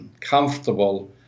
comfortable